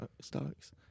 stocks